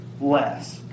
less